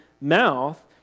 mouth